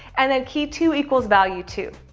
and then key two equals value two.